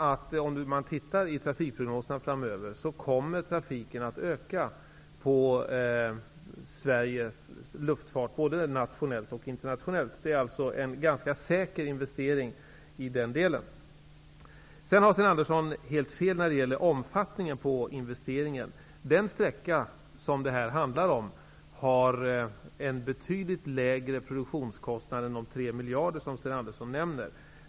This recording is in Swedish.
Om man tittar i trafikprognoserna framöver ser man att luftfarten kommer att öka både nationellt och internationellt. Det är alltså en ganska säker investering i den delen. Sten Andersson har helt fel när det gäller omfattningen på investeringen. Den sträcka som det här handlar om har en betydligt lägre produktionskostnad än de 3 miljarder som Sten Andersson nämner.